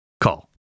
Call